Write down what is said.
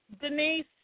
Denise